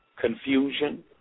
confusion